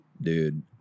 Dude